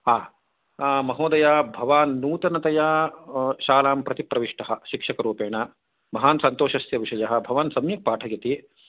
आम् महोदय भवान् नूतनतया शालां प्रति प्रविष्ट शिक्षकरूपेण महान् सन्तोषश्च विषय भवान् सम्यक् पाठयति